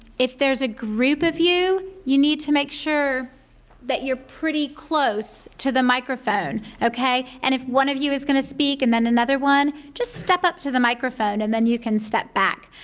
if there's a group of you, you need to make sure that you're pretty close to the microphone okay? and if one of you is going to speak and then another one just step up to the microphone and then you can step back.